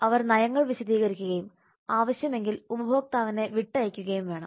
അവർ നയങ്ങൾ വിശദീകരിക്കുകയും ആവശ്യമെങ്കിൽ ഉപഭോക്താവിനെ വിട്ടയക്കുകയും വേണം